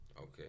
Okay